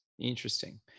Interesting